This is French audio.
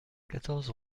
quatorze